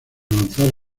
lanzar